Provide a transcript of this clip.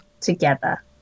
together